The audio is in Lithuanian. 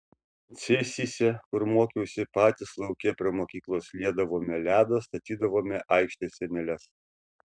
cėsyse kur mokiausi patys lauke prie mokyklos liedavome ledą statydavome aikštės sieneles